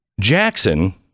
Jackson